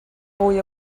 fwy